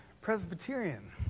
Presbyterian